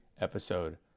episode